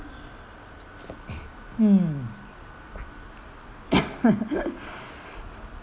mm